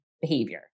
behavior